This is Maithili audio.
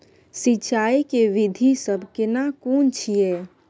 सिंचाई के विधी सब केना कोन छिये?